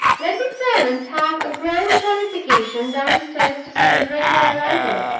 let the servants have a grand jollification downstairs to celebrate my arrival,